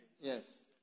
Yes